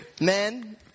Men